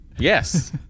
Yes